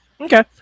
Okay